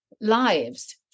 lives